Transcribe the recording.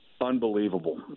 unbelievable